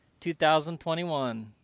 2021